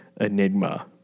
Enigma